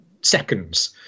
seconds